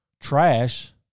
trash